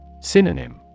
Synonym